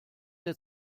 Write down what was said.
der